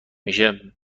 میشه